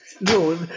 No